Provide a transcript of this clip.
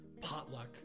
potluck